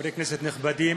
חברי כנסת נכבדים,